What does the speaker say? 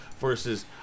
Versus